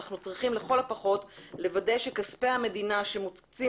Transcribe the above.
אנחנו צריכים לכל הפחות לוודא שכספי המדינה שמוקצים